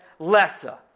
Lessa